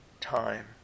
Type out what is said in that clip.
time